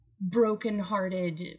brokenhearted